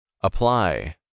Apply